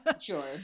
Sure